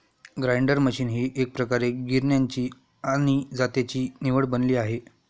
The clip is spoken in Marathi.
ग्राइंडर मशीन ही एकप्रकारे गिरण्यांची आणि जात्याची निवड बनली आहे